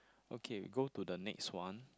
okay go to the next one